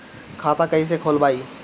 खाता कईसे खोलबाइ?